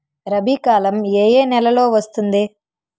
రబీ కాలం ఏ ఏ నెలలో వస్తుంది?